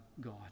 God